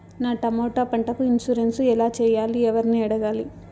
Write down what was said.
నా టమోటా పంటకు ఇన్సూరెన్సు ఎలా చెయ్యాలి? ఎవర్ని అడగాలి?